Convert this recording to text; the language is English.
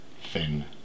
thin